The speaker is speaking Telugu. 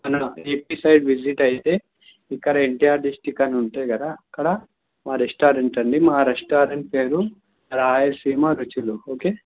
మన ఏపి సైడ్ విజిట్ అయితే ఇక్కడ ఎన్టీఆర్ డిస్టిక్ అని ఉంటుంది కదా అక్కడ మా రెస్టారెంట్ అండి మా రెస్టారెంట్ పేరు రాయలసీమ రుచులు ఓకే